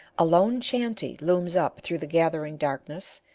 a lone shanty looms up through the gathering darkness,